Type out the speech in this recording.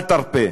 אל תרפה.